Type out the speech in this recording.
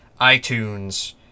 iTunes